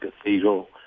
Cathedral